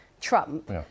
Trump